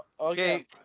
Okay